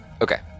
okay